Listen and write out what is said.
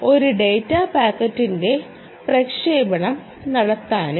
ഒരു ഡാറ്റ പാക്കറ്റിന്റെ പ്രക്ഷേപണം നടത്താനും